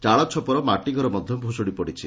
ଚାଳଛପର ମାଟିଘର ମଧ୍ଧ ଭୁଷୁଡି ପଡିଛି